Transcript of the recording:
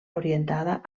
orientada